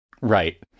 Right